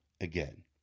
again